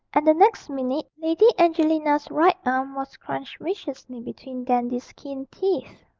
and the next minute lady angelina's right arm was crunched viciously between dandy's keen teeth.